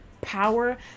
power